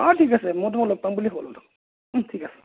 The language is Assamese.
অঁ ঠিক আছে মই তোমাক লগ পাম বুলিয়ে ক'লোঁ দেখোন ঠিক আছে